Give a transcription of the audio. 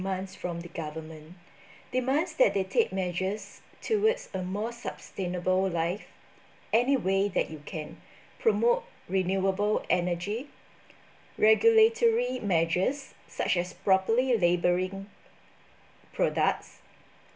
demands from the government demands that they take measures towards a more sustainable life anyway that you can promote renewable energy regulatory measures such as properly labelling products